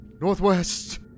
Northwest